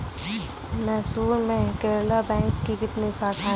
मैसूर में केनरा बैंक की कितनी शाखाएँ है?